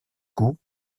coups